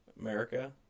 America